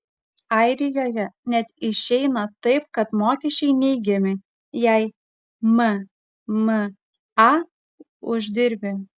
airijoje net išeina taip kad mokesčiai neigiami jei mma uždirbi